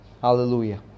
Hallelujah